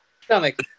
stomach